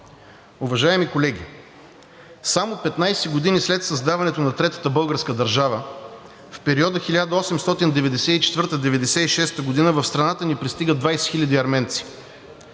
Уважаеми колеги, само 15 години след създаването на Третата българска държава в периода 1894 – 1896 г. в страната ни пристигат 20 хиляди арменци.